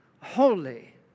holy